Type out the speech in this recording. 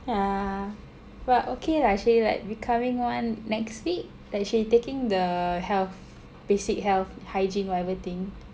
yeah but okay lah she like becoming one next week like she's taking the health basic health hygiene whatever thing